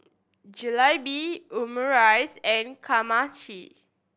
Jalebi Omurice and Kamameshi